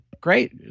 great